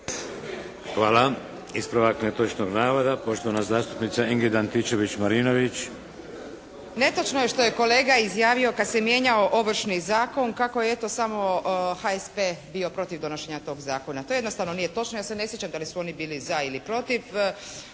Hvala. Ispravak netočnog navoda, poštovana zastupnica Ingrid Antičević Marinović. **Antičević Marinović, Ingrid (SDP)** Netočno je što je kolega izjavio da se mijenjao Ovršni zakon kako je eto samo HSP bio protiv donošenja tog zakona. To jednostavno nije točno. Ja se ne sjećam da li su oni bili za ili protiv,